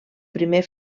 primer